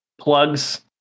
plugs